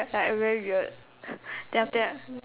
like I very weird then after that